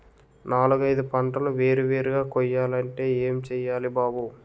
నాలుగైదు పంటలు వేరు వేరుగా కొయ్యాలంటే ఏం చెయ్యాలి బాబూ